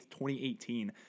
2018